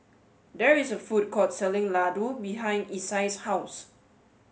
there is a food court selling Ladoo behind Isai's house